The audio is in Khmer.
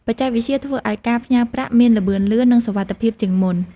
បច្ចេកវិទ្យាធ្វើឲ្យការផ្ញើប្រាក់មានល្បឿនលឿន និងសុវត្ថិភាពជាងមុន។